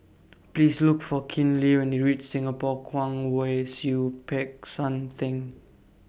Please Look For Kinley when YOU REACH Singapore Kwong Wai Siew Peck San Theng